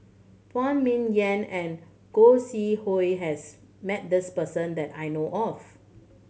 Phan Ming Yen and Gog Sing Hooi has met this person that I know of